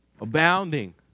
abounding